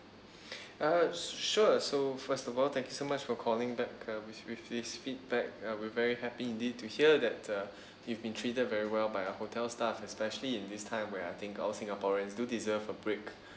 uh sure so first of all thank you so much for calling back uh with~ with this feedback uh we're be very happy indeed to hear that uh you've been treated very well by our hotel's staff especially in this time where I think all singaporeans do deserve a break